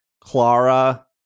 clara